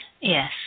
Yes